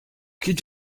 could